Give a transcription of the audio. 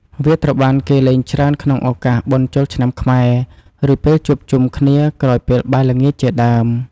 វាត្រូវបានគេលេងច្រើនក្នុងឱកាសបុណ្យចូលឆ្នាំខ្មែរ ឬពេលជួបជុំគ្នាក្រោយពេលបាយល្ងាចជាដើម។